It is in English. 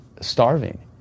starving